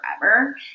forever